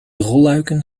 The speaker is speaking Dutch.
rolluiken